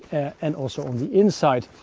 and also inside.